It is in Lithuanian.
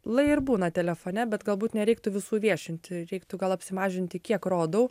lai ir būna telefone bet galbūt nereiktų visų viešinti reiktų gal apsimažinti kiek rodau